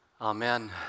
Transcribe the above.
Amen